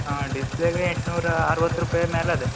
ಹಾಂ ಡಿಸ್ಪ್ಲೇಗೆ ಎಂಟುನೂರ ಅರ್ವತ್ತು ರೂಪಾಯಿ ಮೇಲೆ ಇದೆ